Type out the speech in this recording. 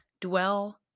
dwell